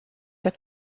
der